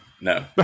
No